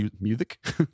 music